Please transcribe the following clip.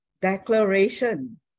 declaration